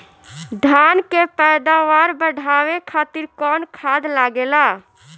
धान के पैदावार बढ़ावे खातिर कौन खाद लागेला?